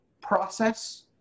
process